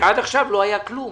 עד עכשיו לא היה כלום.